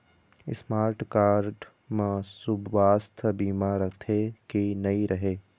Smart card म सुवास्थ बीमा रथे की नई रहे?